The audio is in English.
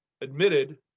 admitted